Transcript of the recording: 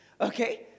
okay